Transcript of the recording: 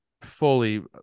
fully